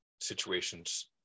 situations